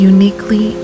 Uniquely